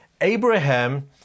Abraham